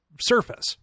surface